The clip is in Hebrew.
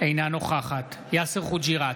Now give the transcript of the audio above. אינה נוכחת יאסר חוג'יראת,